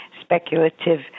speculative